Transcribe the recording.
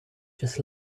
just